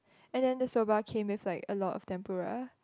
and then the soba came with like a lot of tempura